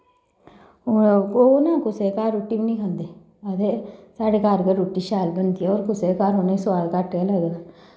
हून ओह् ना कुसै घर रुट्टी बी निं खंदे आखदे साढ़ै घर गै रुट्टी शैल बनदी ऐ होर कुसै घर उ'नें गी सोआद घट्ट गै लगदा